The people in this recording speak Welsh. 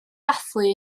dathlu